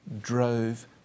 drove